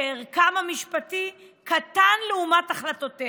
שערכם המשפטי קטן לעומת החלטותיה.